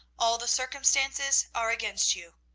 all the circumstances are against you.